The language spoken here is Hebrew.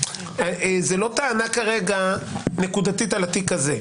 זה לא טענה כרגע נקודתית על התיק הזה.